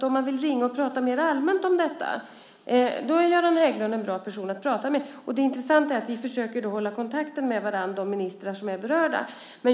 Om man vill ringa och prata mer allmänt om detta är Göran Hägglund en bra person att prata med. Det intressanta är att vi ministrar som är berörda försöker hålla kontakt med varandra.